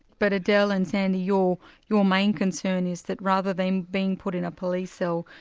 but adele and sandy, your your main concern is that rather than being put in a police so